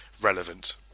relevant